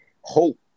hope